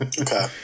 Okay